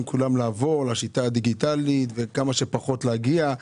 לעבור לשיטה הדיגיטלית כמה שפחות להגיע למקום.